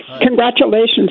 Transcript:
Congratulations